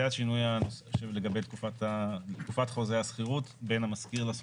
זה השינוי לגבי תקופת חוזה השכירות בין המשכיר לשוכר.